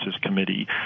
Committee